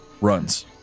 Runs